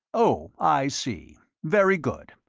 oh, i see. very good.